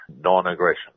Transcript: non-aggression